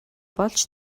болж